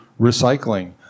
recycling